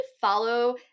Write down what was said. follow